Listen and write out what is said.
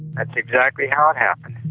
that's exactly how it happened.